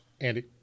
Andy